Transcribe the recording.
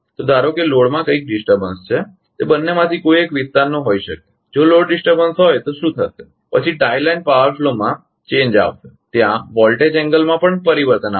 તો ધારો કે લોડમાં કંઇક ડિસ્ટર્બન્સ છે તે બંનેમાંથી કોઈ એક વિસ્તારનો હોઈ શકે જો લોડ ડિસ્ટર્બન હોય તો શું થશે પછી ટાઈ લાઇન પાવર ફ્લોમાં પરિવર્તન આવશે ત્યાં વોલ્ટેજ એંગલમાં પણ પરિવર્તન આવશે